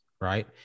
right